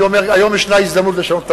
אני אומר: היום יש הזדמנות לשנות את